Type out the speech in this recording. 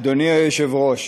אדוני היושב-ראש,